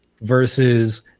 versus